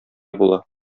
була